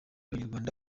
banyarwanda